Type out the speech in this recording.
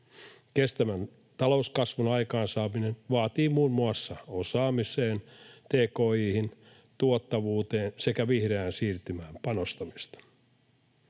Kestävän talouskasvun aikaansaaminen vaatii muun muassa osaamiseen, tki:hin, tuottavuuteen sekä vihreään siirtymään panostamista.